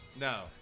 no